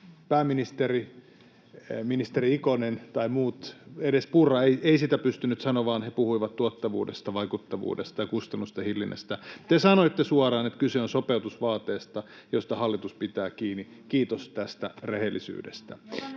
ministeri Ikonen ja muut, ei edes Purra, eivät sitä pystyneet sanomaan; he puhuivat tuottavuudesta, vaikuttavuudesta ja kustannusten hillinnästä. Te sanoitte suoraan, että kyse on sopeutusvaateesta, josta hallitus pitää kiinni. Kiitos tästä rehellisyydestä.